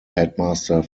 headmaster